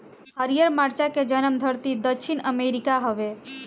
हरिहर मरचा के जनमधरती दक्षिण अमेरिका हवे